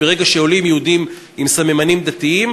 כי ברגע שעולים יהודים עם סממנים דתיים